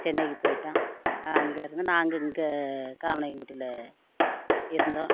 சென்னைக்கு போயிட்டான் அங்கேருந்து நாங்கள் இங்கே காமநாயக்கன் பட்டியில் இருந்தோம்